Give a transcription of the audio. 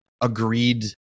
agreed